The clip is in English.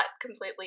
completely